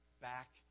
back